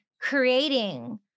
creating